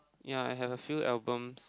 ya I have a few albums